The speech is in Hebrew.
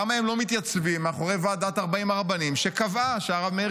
למה הם לא מתייצבים מאחורי ועדת 40 הרבנים שקבעה שהרב מאיר